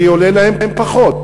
כי עולה להם פחות.